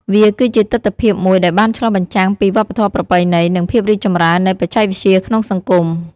វាគឺជាទិដ្ឋភាពមួយដែលបានឆ្លុះបញ្ចាំងពីវប្បធម៌ប្រពៃណី និងភាពរីកចម្រើននៃបច្ចេកវិទ្យាក្នុងសង្គម។